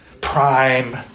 prime